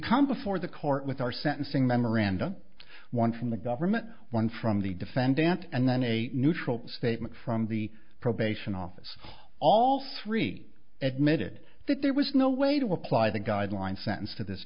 before the court with our sentencing memoranda one from the government one from the defendant and then a neutral statement from the probation office all free admitted that there was no way to apply the guidelines sentence to this